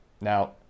now